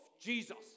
Jesus